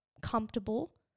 comfortable